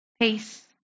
peace